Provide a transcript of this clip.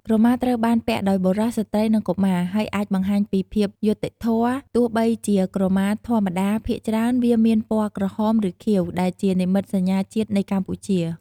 ក្រមាត្រូវបានពាក់ដោយបុរស ស្ត្រី និងកុមារ ហើយអាចបង្ហាញពីភាពយុត្តិធម៌ ទោះបីជាក្រមាធម្មតាភាគច្រើនវាមានពណ៌ក្រហម ឬខៀវ ដែលជានិមិត្តសញ្ញាជាតិនៃកម្ពុជា។